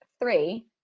three